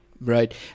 Right